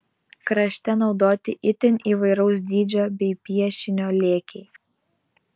krašte naudoti itin įvairaus dydžio bei piešinio lėkiai